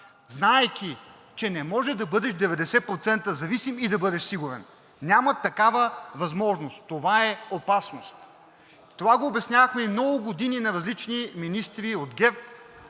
знаейки, че не можеш да бъдеш 90% зависим и да бъдеш сигурен – няма такава възможност, това е опасност. Това го обяснявахме много години на различни министри от ГЕРБ,